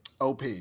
OP